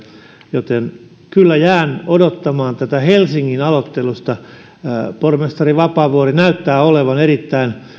joten kyllä jään odottamaan tätä helsingin aloitetta pormestari vapaavuori näyttää olevan erittäin